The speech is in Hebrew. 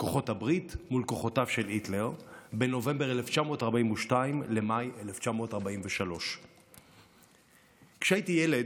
כוחות הברית מול כוחותיו של היטלר בנובמבר 1942 למאי 1943. כשהייתי ילד,